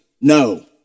no